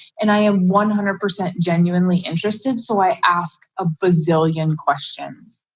and i am one hundred percent genuinely interested so i asked a bazillion questions.